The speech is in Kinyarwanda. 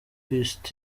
pst